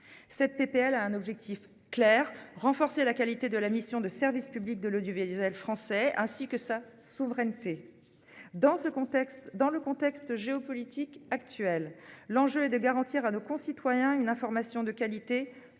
Ce texte a un objectif clair : renforcer la qualité de la mission de service public de l'audiovisuel français, ainsi que sa souveraineté. Dans le contexte géopolitique actuel, l'enjeu est de garantir à nos concitoyens une information de qualité,